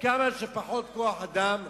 כמה שפחות כוח-אדם,